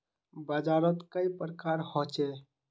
बाजार त कई प्रकार होचे?